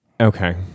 Okay